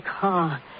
car